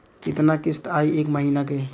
कितना किस्त आई एक महीना के?